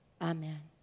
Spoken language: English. Amen